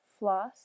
floss